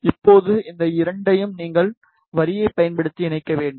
இப்போது இந்த இரண்டையும் நீங்கள் வரியைப் பயன்படுத்தி இணைக்க வேண்டும்